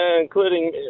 including